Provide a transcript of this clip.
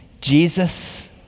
Jesus